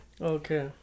okay